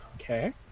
Okay